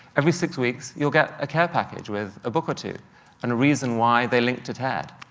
every six weeks you'll get a care package with a book or two and a reason why they're linked to ted.